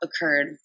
occurred